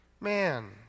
man